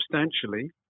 substantially